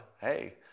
Hey